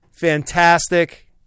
fantastic